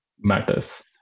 matters